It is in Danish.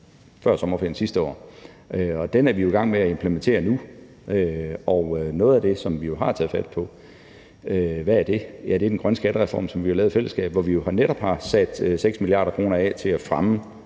før sommerferien sidste år, og den er vi jo i gang med at implementere nu, og noget af det, som vi har taget fat på, er den grønne skattereform, som vi lavede i fællesskab, hvor vi netop har sat 6 mia. kr. af til at fremme